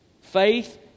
Faith